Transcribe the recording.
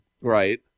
Right